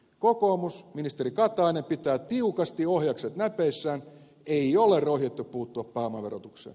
kokoomus ministeri katainen pitää tiukasti ohjakset näpeissään ei ole rohjettu puuttua pääomaverotukseen